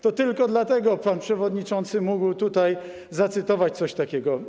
To tylko dlatego pan przewodniczący mógł tutaj zacytować coś takiego.